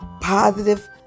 positive